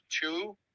two